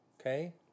okay